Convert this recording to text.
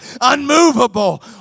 unmovable